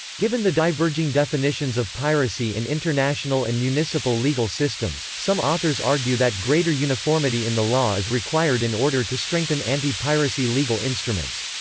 given the diverging definitions of piracy in international and municipal legal systems, some authors argue that greater uniformity in the law is required in order to strengthen anti-piracy legal instruments.